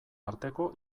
arteko